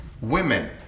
Women